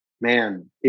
man